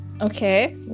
Okay